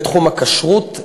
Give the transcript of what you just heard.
בתחום הכשרות,